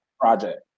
project